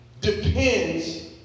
depends